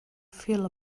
feel